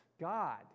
God